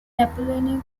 napoleonic